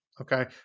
okay